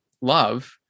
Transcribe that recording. love